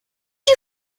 you